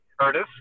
Curtis